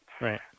Right